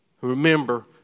remember